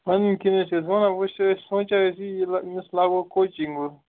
پَنٕنۍ کِنۍ حظ چھِ أسۍ ونان وۄنۍ چھِ أسۍ سونچان أسۍ یی أمِس لاگو کوچِنگ وۄنۍ